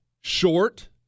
short